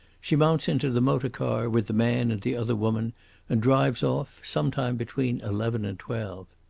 she mounts into the motor-car with the man and the other woman and drives off some time between eleven and twelve.